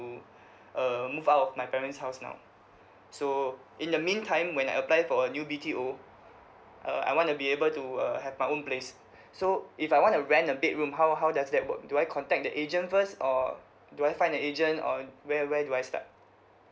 to uh move out my parent's house now so in the mean time when I apply for a new B_T_O uh I want to be able to uh have my own place so if I want to rent a bedroom how how does that work do I contact the agent first or do I find the agent or where where do I start